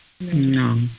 no